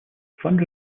fund